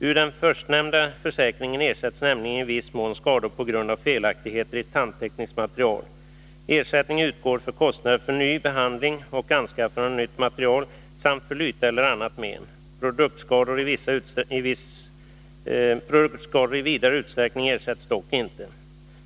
Ur den förstnämnda försäkringen ersätts nämligen i viss mån skador på grund av felaktigheter i tandtekniskt material. Ersättning utgår för kostnader för ny behandling och anskaffande av nytt material samt för lyte eller annat men. Produktskador i vidare utsträckning ersätts dock inte.